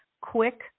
quick